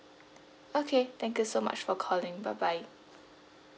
okay thank you so much for calling bye bye